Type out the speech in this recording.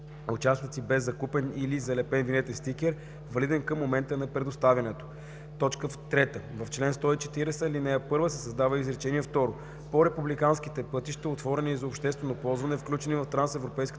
участъци без закупен и залепен винетен стикер, валиден към момента на предоставянето.“ 3. В чл. 140, ал. 1 се създава изречение второ: „По републиканските пътища, отворени за обществено ползване, включени в трансевропейската